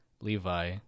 Levi